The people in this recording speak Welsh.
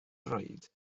droed